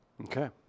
Okay